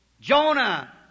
Jonah